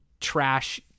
trash